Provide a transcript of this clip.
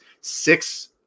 six